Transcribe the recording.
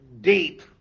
deep